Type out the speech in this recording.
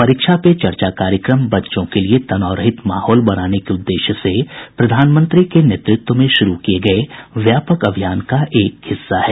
परीक्षा पे चर्चा कार्यक्रम बच्चों के लिए तनावरहित माहौल बनाने के उद्देश्य से प्रधानमंत्री के नेतृत्व में शुरु किए गए व्यापक अभियान का एक हिस्सा है